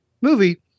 movie